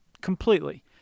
completely